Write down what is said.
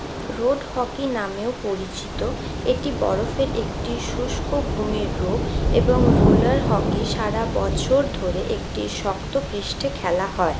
road hockey নামেও পরিচিত এটি বরফের একটি শুষ্ক ভূমির রূপ এবং রোলার হকি সারা বছর ধরে একটি শক্ত পৃষ্ঠে খেলা হয়